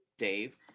Dave